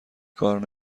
کار